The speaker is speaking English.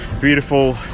Beautiful